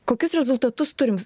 kokius rezultatus turim